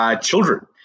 children